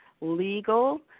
legal